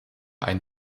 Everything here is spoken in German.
ein